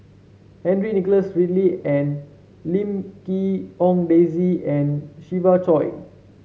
Henry Nicholas Ridley and Lim Quee Hong Daisy and Siva Choy